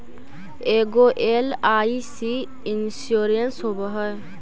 ऐगो LIC insurance होव है?